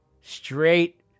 Straight